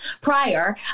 prior